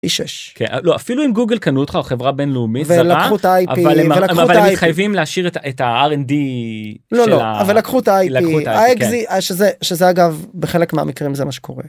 פי שש. כן, לא, אפילו אם גוגל קנו אותך או חברה בינלאומית. הם לקחו את ה-IP והם לקחו את ה... אבל הם מתחייבים להשאיר את ה-R&D של ה... לא, לא... אבל לקחו את ה-IP, האקזיט... שזה אגב בחלק מהמקרים זה מה שקורה.